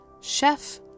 chef